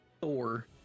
Thor